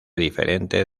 diferente